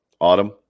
Autumn